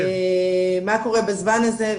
מה קורה בזמן הזה,